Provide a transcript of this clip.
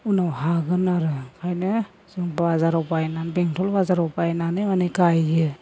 उनाव हागोन आरो ओंखायनो जों बाजाराव बायनानै बेंथल बाजाराव बायनानै माने गायो